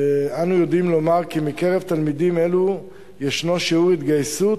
אנו יודעים לומר כי בקרב תלמידים אלו ישנו שיעור התגייסות